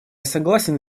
согласен